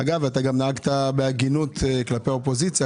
אגב גם נהגת בהגינות כלפי האופוזיציה,